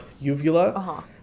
uvula